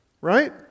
right